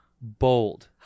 Bold